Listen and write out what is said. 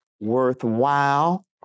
worthwhile